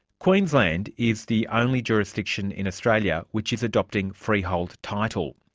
queensland is the only jurisdiction in australia which is adopting freehold title.